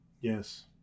yes